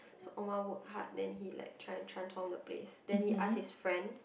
so Omar worked hard then like he tried to own the place then he asked his friend